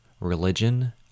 religion